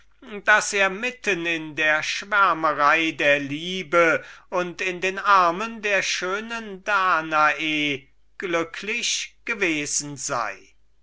daß er mitten in der schwärmerei der liebe und in den armen der schönen danae glücklich gewesen sei